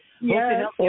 Yes